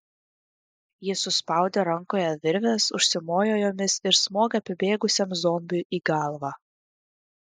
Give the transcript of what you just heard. jis suspaudė rankoje virves užsimojo jomis ir smogė pribėgusiam zombiui į galvą